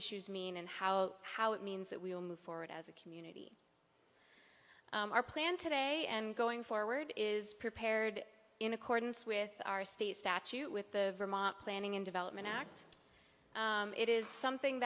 issues mean and how how it means that we will move forward as a community our plan today and going forward is prepared in accordance with our state statute with the planning and development act it is something